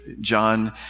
John